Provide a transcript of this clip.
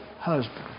husband